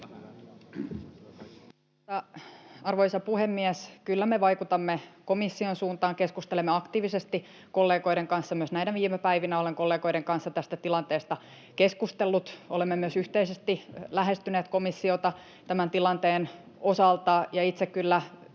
Arvoisa puhemies! Kyllä me vaikutamme komission suuntaan ja keskustelemme aktiivisesti kollegoiden kanssa, ja myös näinä viime päivinä olen kollegoiden kanssa tästä tilanteesta keskustellut. Olemme myös yhteisesti lähestyneet komissiota tämän tilanteen osalta, ja itse kyllä